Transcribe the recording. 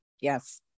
yes